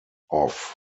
off